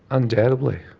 undoubtedly.